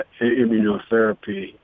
immunotherapy